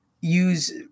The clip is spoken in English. use